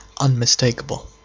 unmistakable